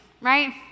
right